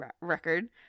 record